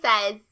says